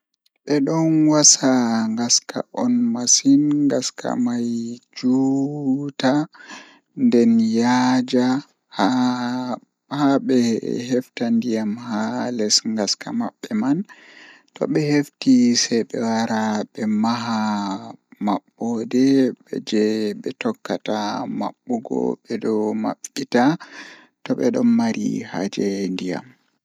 Jokkondir heɓɓe cemma, waawataa njiddaade baɗɗoore he jonde e cuɓɗe. Waawataa jokkondir gafataaje, so tawii cuɓɓi waawataa e ndaarayde. Jokkondir eyesight ngal e gasa, miɗo njiddude he yaɓɓe no waawataa waawude. Miɗo hokkondir safe gafataaje he baɗɗoore ngal, ngal. Jokkondir fittaade eyesight ngal ngoni e gasa he no ɓuri fowrude.